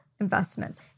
investments